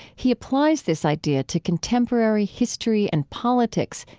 he applies this idea to contemporary history and politics,